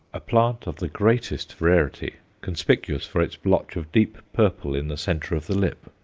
a plant of the greatest rarity, conspicuous for its blotch of deep purple in the centre of the lip,